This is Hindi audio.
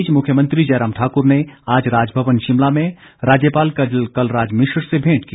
इस बीच मुख्यमंत्री जयराम ठाकुर ने आज राजभवन शिमला में राज्यपाल कलराज मिश्र से भेंट की